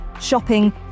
shopping